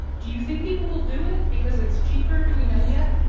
do you think people will do it because it's cheaper? do we know yet?